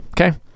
Okay